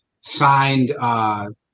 signed